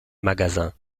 magasins